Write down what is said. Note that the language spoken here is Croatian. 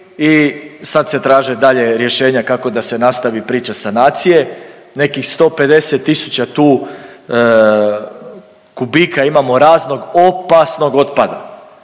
sad se traže dalje rješenja kako da se nastavi priča sanacije. Nekih 150 tisuća tu kubika imamo raznog opasnog otpada.